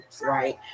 right